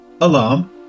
alarm